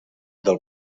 del